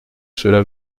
cela